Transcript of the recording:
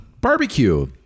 Barbecue